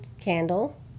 candle